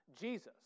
Jesus